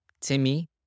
Timmy